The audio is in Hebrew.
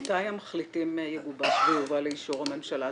מתי הצעת המחליטים תגובש ותובא לאישור הממשלה?